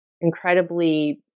incredibly